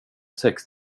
sex